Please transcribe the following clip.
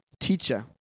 Teacher